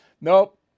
Nope